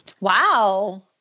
Wow